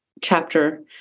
chapter